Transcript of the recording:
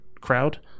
crowd